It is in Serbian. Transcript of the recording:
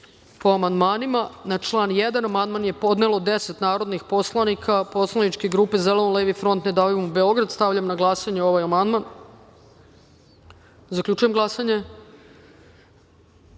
po amandmanima. Na član 1. amandman je podnelo 10 narodnih poslanika Poslaničke grupe Zeleno-levi front – Ne davimo Beograd. Stavljam na glasanje ovaj amandman. Zaključujem glasanje: